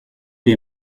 les